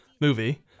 movie